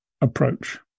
approach